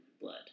blood